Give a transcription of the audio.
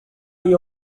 you